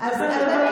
נפגש עם,